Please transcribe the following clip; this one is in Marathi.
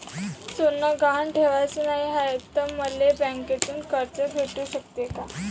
सोनं गहान ठेवाच नाही हाय, त मले बँकेतून कर्ज भेटू शकते का?